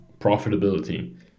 profitability